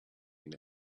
been